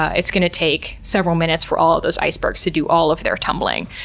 it's going to take several minutes for all of those icebergs to do all of their tumbling.